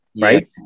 right